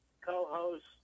co-host